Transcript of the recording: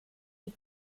die